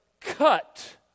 cut